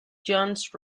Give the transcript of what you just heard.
jones